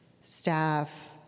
staff